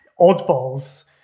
oddballs